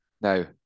Now